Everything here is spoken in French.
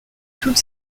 toutes